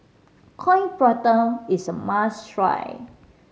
Coin Prata is a must try